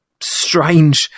strange